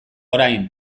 orain